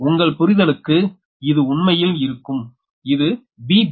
உங்கள் புரிதலுக்கு இது உண்மையில் இருக்கும் இது Vbc